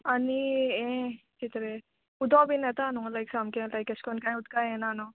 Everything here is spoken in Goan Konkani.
आनी यें कितें रे उदो बी येता न्हय लायक सामकें लायक एश करून कांय उदका हें ना न्हय